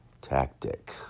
tactic